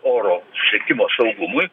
oro susiekimo saugumui